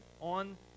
on